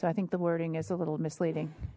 so i think the wording is a little misleading